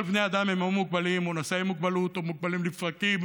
כל בני אדם הם או מוגבלים או נשאי מוגבלות או מוגבלים לפרקים